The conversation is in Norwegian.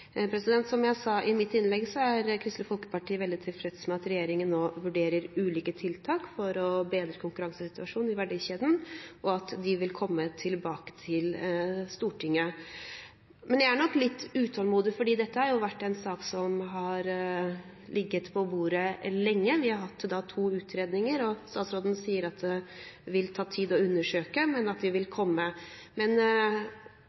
Som jeg sa i mitt innlegg, er Kristelig Folkeparti veldig tilfreds med at regjeringen nå vurderer ulike tiltak for å bedre konkurransesituasjonen i verdikjeden, og at de vil komme tilbake til Stortinget. Men jeg er nok litt utålmodig, fordi dette er jo en sak som har ligget på bordet lenge. Vi har hatt to utredninger, og statsråden sier at det vil ta tid å undersøke, men at det vil komme.